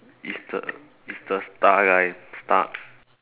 is the is the star guy stark